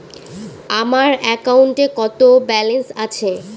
আমার অ্যাকাউন্টে কত ব্যালেন্স আছে?